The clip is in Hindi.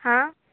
हाँ